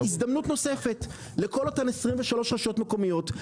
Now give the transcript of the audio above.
הזדמנות נוספת לכל אותן 23 רשויות מקומיות,